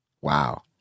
Wow